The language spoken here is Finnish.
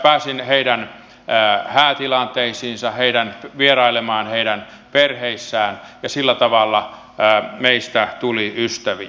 pääsin heidän häätilanteisiinsa vierailemaan heidän perheissään ja sillä tavalla meistä tuli ystäviä